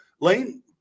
Lane